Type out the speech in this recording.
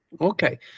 Okay